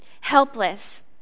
helpless